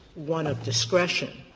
one of discretion.